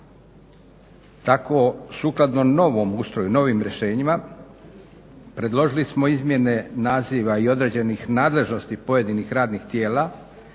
Tako sukladno novom ustroju, novim rješenjima predložili smo izmjene naziva i određenih nadležnosti pojedinih radnih tijela,